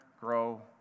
grow